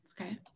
Okay